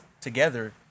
together